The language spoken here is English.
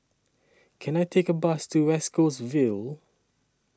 Can I Take A Bus to West Coast Vale